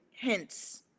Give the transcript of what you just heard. hence